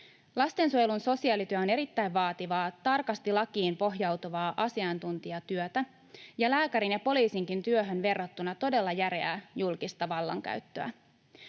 Lastensuojelun sosiaalityö on erittäin vaativaa, tarkasti lakiin pohjautuvaa asiantuntijatyötä ja lääkärin ja poliisinkin työhön verrattuna todella järeää julkista vallan käyttöä.